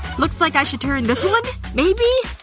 looks like i should turn this one? maybe?